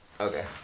Okay